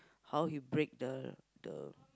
how he break the the